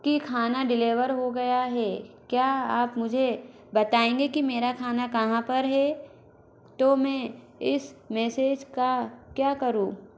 कि खाना डिलेवर हो गया है क्या आप मुझे बताएंगे कि मेरा खाना कहाँ पर है तो मैं इस मैसेज का क्या करूँ